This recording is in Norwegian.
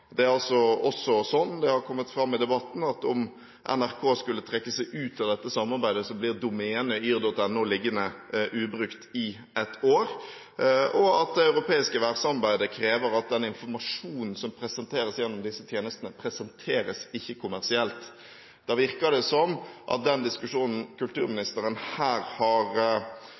Det er også sånn – det har kommet fram i debatten – at om NRK skulle trekke seg ut av dette samarbeidet, blir domenet yr.no liggende ubrukt i ett år, og at det europeiske værsamarbeidet krever at den informasjonen som presenteres gjennom disse tjenestene, presenteres ikke-kommersielt. Da virker det som at den diskusjonen som kulturministeren her har